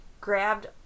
grabbed